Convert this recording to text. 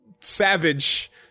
savage